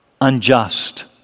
unjust